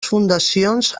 fundacions